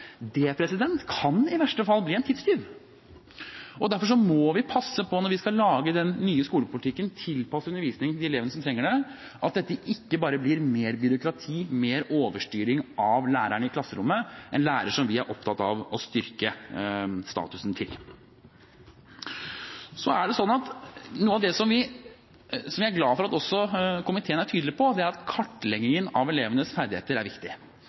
det kan i verste fall bli en tidstyv. Derfor må vi passe på når vi skal lage den nye skolepolitikken, tilpasse undervisningen til de elevene som trenger det, at dette ikke bare blir mer byråkrati, mer overstyring av læreren i klasserommet – en lærer som vi er opptatt av å styrke statusen til. Så er det sånn at noe av det som jeg er glad for at komiteen også er tydelig på, er at kartleggingen av elevenes ferdigheter er viktig.